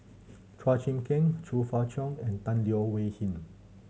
Chua Chim King Chong Fah Cheong and Tan Leo Wee Hin